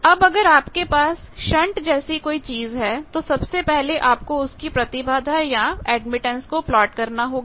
अब अगर आपके पास शंट जैसी कोई चीज है तो सबसे पहले आपको उसकी प्रतिबाधा या एडमिटेंस को प्लॉट करना होगा